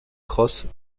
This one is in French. crosses